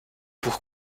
pour